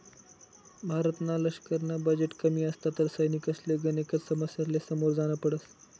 भारतना लशकरना बजेट कमी असता तर सैनिकसले गनेकच समस्यासले समोर जान पडत